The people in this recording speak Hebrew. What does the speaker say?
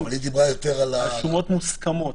רשומות מוסכמות.